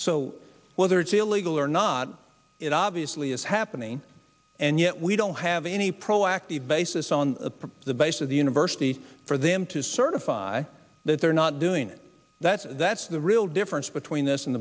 so whether it's illegal or not it obviously is happening and yet we don't have any proactive basis on the base of the university for them to certify that they're not doing it that's that's the real difference between this and